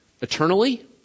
eternally